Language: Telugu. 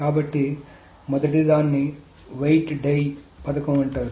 కాబట్టి మొదటిదాన్ని వెయిట్ డై పథకం అంటారు